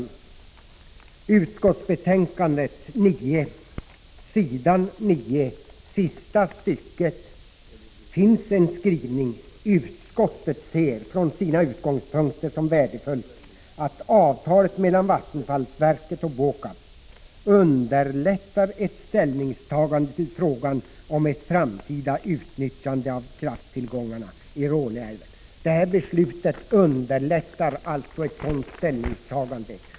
I näringsutskottets betänkande 9 på s. 9, sista stycket, finns följande skrivning: ”Utskottet ser det från sina utgångspunkter som värdefullt att avtalet mellan vattenfallsverket och BÅKAB underlättar ett ställningstagande till frågan om ett framtida utnyttjande av krafttillgångarna i Råneälven.” Det här beslutet underlättar alltså ett sådant ställningstagande.